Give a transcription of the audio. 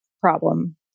problem